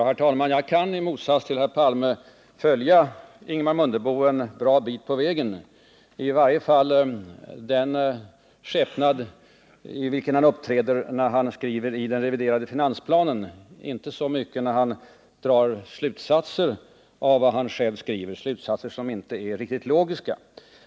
Herr talman! Jag kan i motsats till herr Palme följa Ingemar Mundebo en bra bit på väg, i varje fall i den skepnad i vilken han uppträder när han skriver i den reviderade finansplanen men inte så mycket när han sedan drar slutsatser av vad han själv skriver, slutsatser som inte är riktigt logiska.